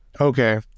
Okay